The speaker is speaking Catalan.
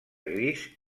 gris